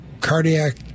cardiac